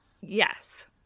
Yes